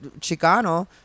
Chicano